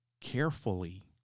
carefully